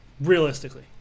Realistically